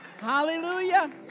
Hallelujah